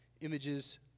images